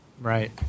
Right